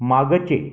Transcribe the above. मागचे